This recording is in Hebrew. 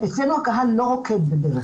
אצלנו הקהל לא רוקד בדרך כלל.